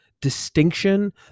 distinction